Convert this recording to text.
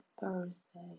Thursday